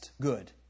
good